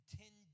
ten